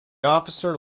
officer